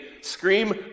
Scream